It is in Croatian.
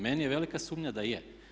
Meni je velika sumnja da je.